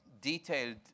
detailed